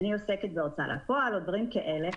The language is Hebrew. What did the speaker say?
אני עוסקת בהוצאה לפועל או דברים כאלה,